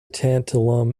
tantalum